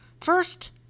first